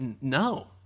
No